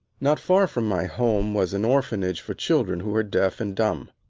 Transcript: not far from my home was an orphanage for children who were deaf and dumb.